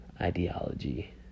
ideology